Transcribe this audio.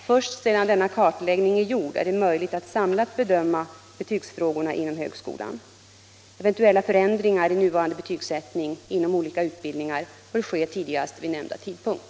Först sedan denna kartläggning är gjord är det möjligt att samlat bedöma betygsfrågorna inom högskolan. Eventuella förändringar i nuvarande betygsättning inom olika utbildningar bör ske tidigast vid nämnda tidpunkt.